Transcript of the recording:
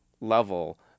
level